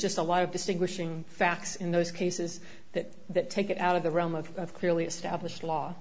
just a lot of distinguishing facts in those cases that that take it out of the realm of clearly established law